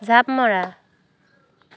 জাঁপ মৰা